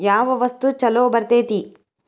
ಯಾವ ವಸ್ತು ಛಲೋ ಬರ್ತೇತಿ?